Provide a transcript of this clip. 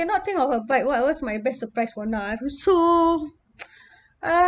cannot think of a what what's my best surprise for now I'm so uh